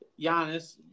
Giannis